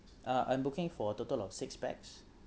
uh I'm booking for total of six pax